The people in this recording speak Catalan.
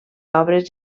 obres